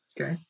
Okay